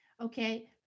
Okay